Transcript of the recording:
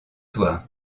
soir